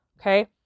Okay